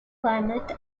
climate